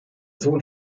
sohn